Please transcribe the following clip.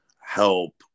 help